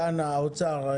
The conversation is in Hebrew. דנה מהאוצר,